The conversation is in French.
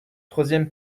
troisième